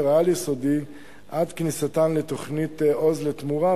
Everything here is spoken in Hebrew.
העל-יסודי עד כניסתן לתוכנית "עוז לתמורה".